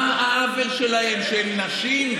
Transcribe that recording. מה העוול שלהן, שהן נשים?